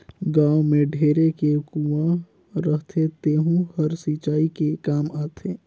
गाँव में ढेरे के कुँआ रहथे तेहूं हर सिंचई के काम आथे